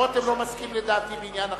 רותם לא מסכים לדעתי בעניין אחר,